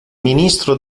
ministro